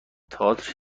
تئاتر